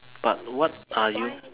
but what are you